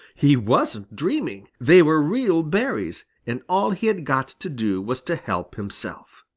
he wasn't dreaming. they were real berries, and all he had got to do was to help himself.